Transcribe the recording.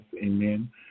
Amen